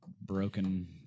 broken